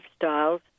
lifestyles